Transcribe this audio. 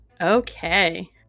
Okay